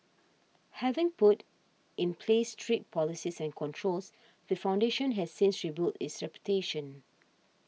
having put in place strict policies and controls the foundation has since rebuilt its reputation